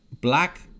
black